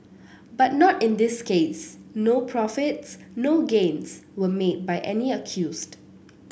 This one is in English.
but not in this case no profits no gains was made by any accused